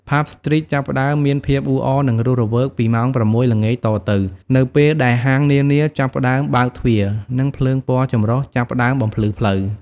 ផាប់ ស្ទ្រីត ចាប់ផ្ដើមមានភាពអ៊ូអរ និងរស់រវើកពីម៉ោង ៦ ល្ងាចតទៅ នៅពេលដែលហាងនានាចាប់ផ្ដើមបើកទ្វារ និងភ្លើងពណ៌ចម្រុះចាប់ផ្ដើមបំភ្លឺផ្លូវ។